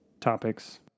topics